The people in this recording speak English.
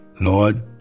Lord